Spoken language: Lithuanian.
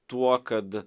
tuo kad